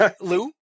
Lou